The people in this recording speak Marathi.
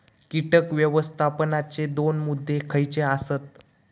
कीटक व्यवस्थापनाचे दोन मुद्दे खयचे आसत?